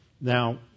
Now